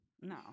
No